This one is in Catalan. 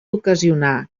ocasionar